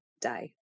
day